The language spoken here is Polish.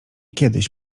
kiedyś